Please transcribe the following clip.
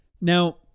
Now